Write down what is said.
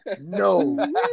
no